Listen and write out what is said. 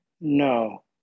no